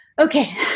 okay